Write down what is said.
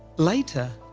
later,